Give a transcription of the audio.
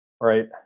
right